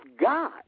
God